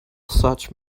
such